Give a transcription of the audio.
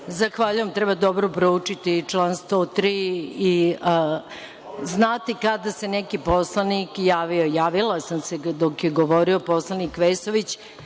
Zahvaljujem. Treba dobro proučiti član 103. i znati kada se neki poslanik javio. Javila sam se dok je govorio poslanik Vesović,